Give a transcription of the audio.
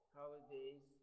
holidays